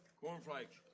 Cornflakes